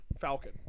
Falcon